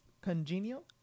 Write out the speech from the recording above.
congenial